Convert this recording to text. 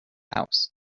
house